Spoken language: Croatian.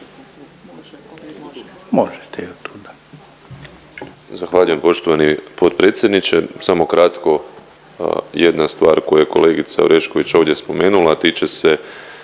Možete i od tuda.